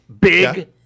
big